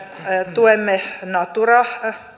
tuemme natura